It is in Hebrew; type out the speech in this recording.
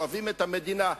שאוהבים את המדינה,